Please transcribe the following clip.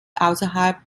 außerhalb